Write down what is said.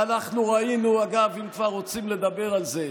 ואנחנו ראינו, אגב, אם כבר רוצים לדבר על זה,